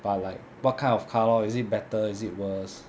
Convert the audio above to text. but like what kind of car lor is it better is it worse